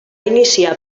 iniciar